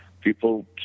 People